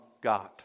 God